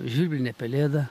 žvirblinė pelėda